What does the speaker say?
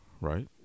right